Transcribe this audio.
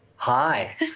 Hi